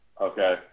Okay